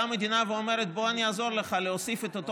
באה המדינה ואומרת: בוא אני אעזור לך להוסיף את אותו